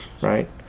right